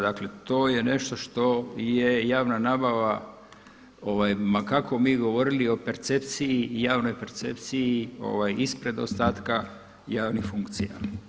Dakle, to je nešto što je javna nabava ma kako mi govorili o percepciji, javnoj percepciji ispred ostatka javnih funkcija.